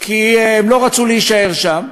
כי הם לא רצו להישאר שם,